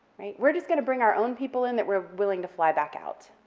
right, we're just gonna bring our own people in that we're willing to fly back out.